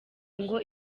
ngo